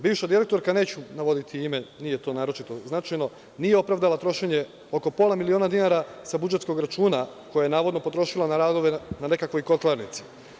Bivša direktorka, neću navoditi ime, nije to naročito značajno, nije opravdala trošenje oko pola miliona dinara sa budžetskog računa koje je navodno potrošila na radove na nekakvoj kotlarnici.